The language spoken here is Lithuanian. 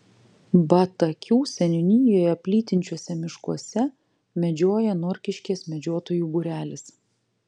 batakių seniūnijoje plytinčiuose miškuose medžioja norkiškės medžiotojų būrelis